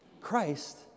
Christ